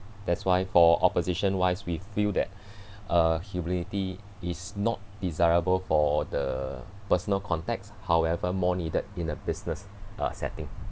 that's why for opposition wise we feel that uh humility is not desirable for the personal context however more needed in a business uh setting